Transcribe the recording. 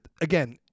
Again